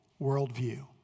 worldview